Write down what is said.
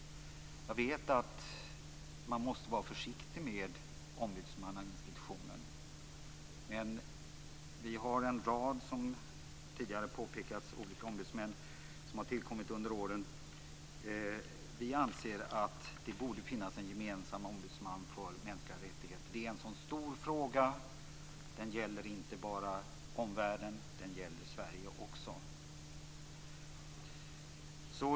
Jag vet att man måste vara försiktig med ombudsmannainstitutionen. Vi har, som tidigare påpekats, en rad olika ombudsmän som tillkommit under åren. Men vi anser att det borde finnas en gemensam ombudsman för mänskliga rättigheter. Det är en så stor fråga. Den gäller inte bara omvärlden, den gäller Sverige också.